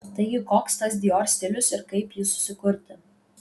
taigi koks tas dior stilius ir kaip jį susikurti